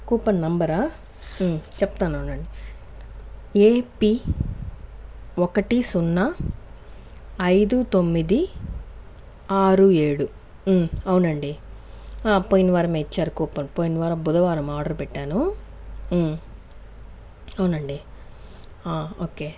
coupon number ఆ చెప్తాను ఉండండి ఏపీ ఒకటి సున్నా ఐదు తొమ్మిది ఆరు ఏడు అవునండి పోయిన వారమే ఇచ్చారు కూపన్ పోయిన వారం బుధవారం ఆర్డర్ పెట్టాను అవునండి ఓకే